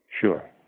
Sure